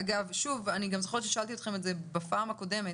אני זוכרת ששאלתי אתכם גם בפעם הקודמת,